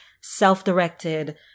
self-directed